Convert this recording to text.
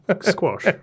squash